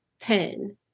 Pen